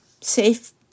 safe